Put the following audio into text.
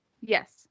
Yes